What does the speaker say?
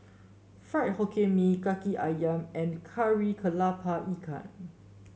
Fried Hokkien Mee kaki ayam and Kari kepala Ikan